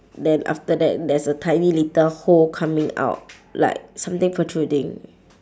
then after that there's a tiny little hole coming out like something protruding